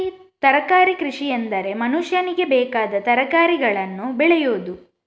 ತರಕಾರಿ ಕೃಷಿಎಂದರೆ ಮನುಷ್ಯನಿಗೆ ಬೇಕಾದ ತರಕಾರಿಗಳನ್ನು ಬೆಳೆಯುವುದು